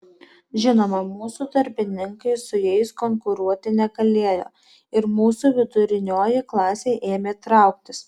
žinoma mūsų darbininkai su jais konkuruoti negalėjo ir mūsų vidurinioji klasė ėmė trauktis